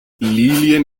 lilien